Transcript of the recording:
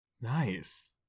nice